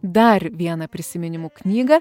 dar vieną prisiminimų knygą